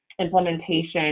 Implementation